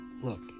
Look